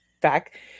back